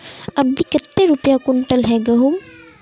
अभी कते रुपया कुंटल है गहुम?